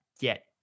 get